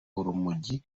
urumogi